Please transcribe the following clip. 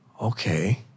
okay